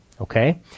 okay